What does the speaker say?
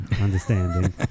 understanding